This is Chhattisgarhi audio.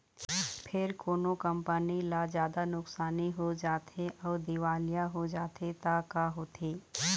फेर कोनो कंपनी ल जादा नुकसानी हो जाथे अउ दिवालिया हो जाथे त का होथे?